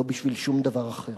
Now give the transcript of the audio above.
לא בשביל שום דבר אחר.